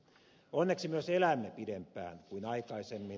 onneksi myös elämme pidempään kuin aikaisemmin